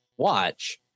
watch